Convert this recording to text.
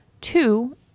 Two